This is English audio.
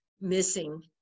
missing